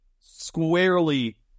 squarely